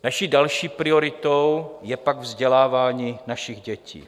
Naší další prioritou je pak vzdělávání našich dětí.